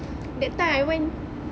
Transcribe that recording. that time I went